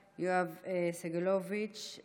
יועז, יש לך כישורים?